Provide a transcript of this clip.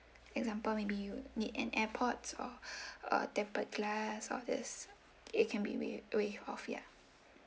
example maybe you need an airpods or uh tempered glass all these it can be waived off ya